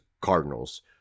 Cardinals